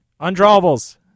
Undrawables